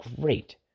great